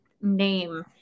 name